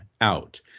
out